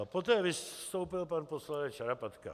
Poté vystoupil pan poslanec Šarapatka.